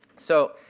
so,